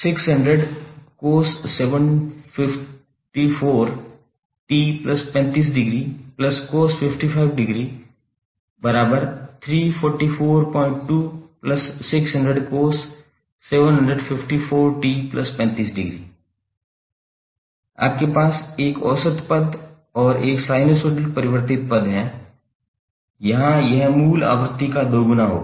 तुम्हे मिलेगा 600cos754𝑡35°cos55° 3442600cos754𝑡35° आपके पास एक औसत पद और एक साइनुसाइडल परिवर्तित पद है यहां यह मूल आवृत्ति का दोगुना होगा